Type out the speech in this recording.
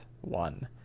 one